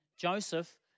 Joseph